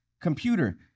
computer